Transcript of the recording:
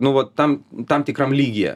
nu va tam tam tikram lygyje